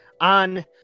on